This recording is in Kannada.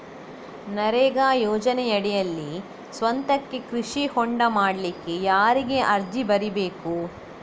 ನರೇಗಾ ಯೋಜನೆಯಡಿಯಲ್ಲಿ ಸ್ವಂತಕ್ಕೆ ಕೃಷಿ ಹೊಂಡ ಮಾಡ್ಲಿಕ್ಕೆ ಯಾರಿಗೆ ಅರ್ಜಿ ಬರಿಬೇಕು?